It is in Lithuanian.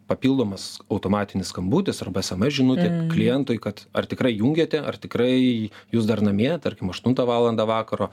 papildomas automatinis skambutis arba sms žinutė klientui kad ar tikrai įjungėte ar tikrai jūs dar namie tarkim aštuntą valandą vakaro